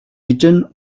written